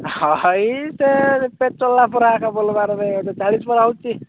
ହଁ ହଇ ସେ ପରାକ ବୋଲ୍ବାର୍ ଗୋଟେ ଚାଳିଶ ପରା ହଉଛି